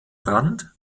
brand